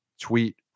tweet